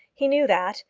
he knew that,